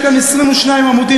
תספר לנו.